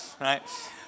right